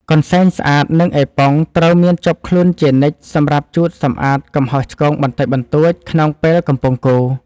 កន្សែងស្អាត និងអេប៉ុង ត្រូវមានជាប់ខ្លួនជានិច្ចសម្រាប់ជូតសម្អាតកំហុសឆ្គងបន្តិចបន្តួចក្នុងពេលកំពុងកូរ។